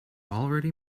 already